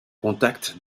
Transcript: contact